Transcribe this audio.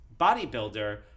bodybuilder